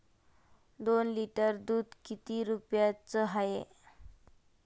दोन लिटर दुध किती रुप्याचं हाये?